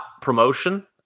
promotion